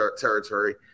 territory